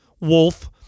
Wolf